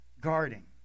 Guarding